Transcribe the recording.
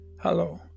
Hello